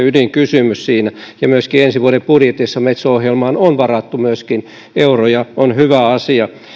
ydinkysymys siinä ja myöskin ensi vuoden budjetissa metso ohjelmaan on varattu euroja se on hyvä asia